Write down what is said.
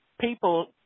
people